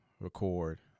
record